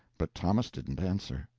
but thomas didn't answer.